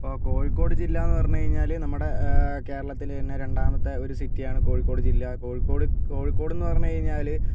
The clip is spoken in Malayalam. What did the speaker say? ഇപ്പോൾ കോഴിക്കോട് ജില്ലയെന്ന് പറഞ്ഞു കഴിഞ്ഞാൽ നമ്മുടെ കേരളത്തിലെ തന്നെ രണ്ടാമത്തെ ഒരു സിറ്റി ആണ് കോഴിക്കോട് ജില്ല കോഴിക്കോട് കോഴിക്കോടെന്ന് പറഞ്ഞു കഴിഞ്ഞാൽ